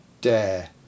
dare